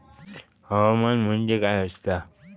हवामान म्हणजे काय असता?